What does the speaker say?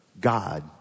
God